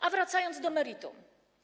A wracając do meritum.